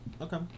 Okay